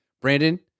brandon